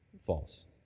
false